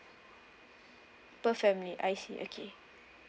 per family I see okay